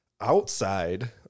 outside